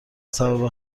سبب